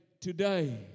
today